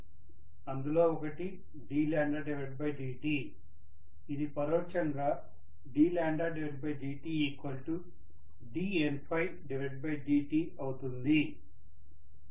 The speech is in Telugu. అందులో ఒకటిddt ఇది పరోక్షంగా ddtd dtఅవుతుంది